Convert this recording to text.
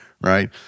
right